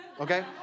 Okay